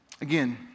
Again